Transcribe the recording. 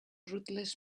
rootless